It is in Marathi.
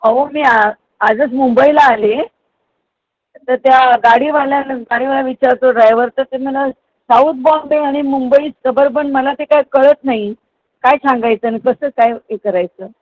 अहो मी आ आजच मुंबईला आले तर त्या गाडीवाल्यानं गाडीवाला विचारतो ड्रायवर तर ते मला साऊथ बॉम्बे आणि मुंबई सबअर्बन मला ते काही कळत नाही काय सांगायचं न कसं काय हे करायचं